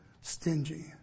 stingy